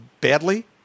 Badly